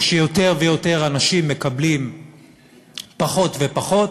הוא שיותר ויותר אנשים מקבלים פחות ופחות,